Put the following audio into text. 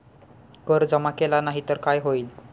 कर जमा केला नाही तर काय होईल?